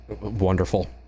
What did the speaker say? Wonderful